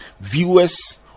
viewers